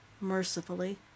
mercifully